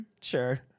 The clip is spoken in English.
Sure